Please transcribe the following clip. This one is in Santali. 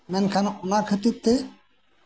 ᱢᱮᱱᱠᱷᱟᱱ ᱚᱱᱟ ᱠᱷᱟᱹᱛᱤᱨ ᱛᱮ